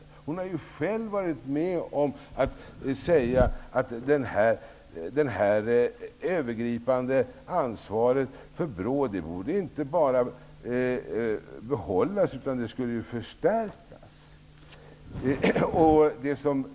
Ingbritt Irhammar har själv varit med om att säga att det övergripande ansvaret för BRÅ inte bara skall behållas utan även förstärkas.